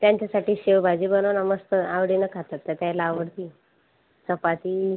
त्यांच्यासाठी शेवभाजी बनव ना मस्त आवडीनं खातात त्या त्याला आवडते चपाती